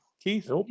Keith